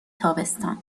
تابستان